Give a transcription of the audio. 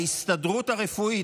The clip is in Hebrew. ההסתדרות הרפואית,